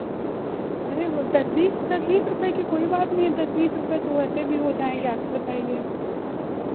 अरे वो दस बीस दस बीस रुपये की कोई बात नहीं है दस बीस रुपये तो वैसे भी हो जाएँगे आप ही बताइए